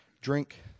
drink